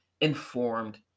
informed